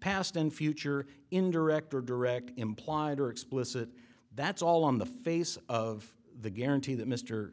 past and future indirect or direct implied or explicit that's all on the face of the guarantee that mr